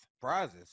Prizes